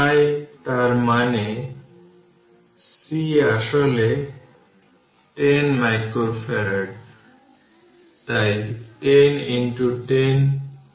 তাই তার মানে এবং C আসলে 10 মাইক্রোফ্যারাড তাই 10 10 পাওয়ার 6 ফ্যারাড